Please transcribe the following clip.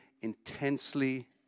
intensely